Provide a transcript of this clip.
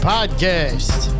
Podcast